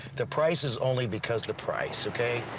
the price is only because the price, ok?